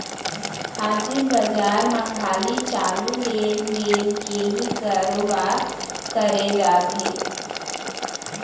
हाजिर बजार म खाली चालू लेन देन के ही करोबार करे जाथे